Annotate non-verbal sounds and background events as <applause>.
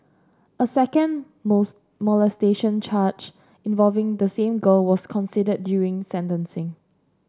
a second <unintelligible> molestation charge involving the same girl was considered during sentencing